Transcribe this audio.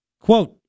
Quote